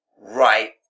right